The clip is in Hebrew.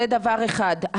זה דבר אחד.